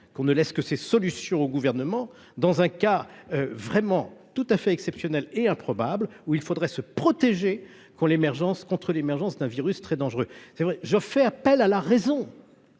qu'on ne laisse que ces solutions au Gouvernement, dans un cas- j'y insiste -tout à fait exceptionnel et improbable où il faudrait se protéger contre l'émergence d'un virus très dangereux ... Je fais appel à la raison